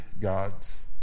God's